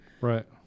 Right